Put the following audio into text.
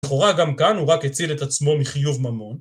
לכאורה גם כאן הוא רק הציל את עצמו מחיוב ממון